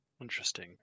Interesting